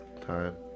time